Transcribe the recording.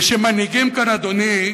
ומנהיגים כאן, אדוני,